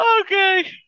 Okay